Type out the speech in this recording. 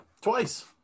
twice